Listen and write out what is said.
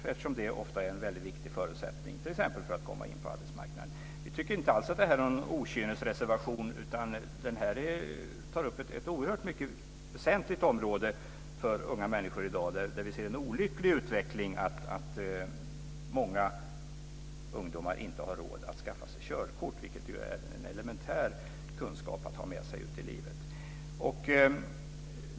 Det är ofta en väldigt viktig förutsättning för att t.ex. komma in på arbetsmarknaden. Vi tycker inte alls att det är någon okynnesreservation. Den tar upp ett oerhört väsentligt område för unga människor i dag. Vi ser en olycklig utveckling där många ungdomar inte har råd att skaffa sig körkort. Det är en elementär kunskap att ha med sig ut i livet.